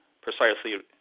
precisely